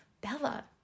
Bella